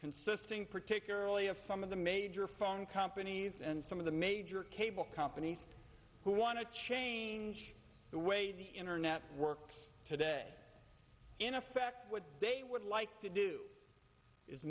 consisting particularly of some of the major phone companies and some of the major cable companies who want to change the way the internet works today in effect what they would like to do is